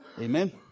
Amen